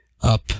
up